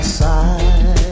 side